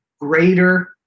greater